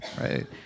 right